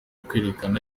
kwerekana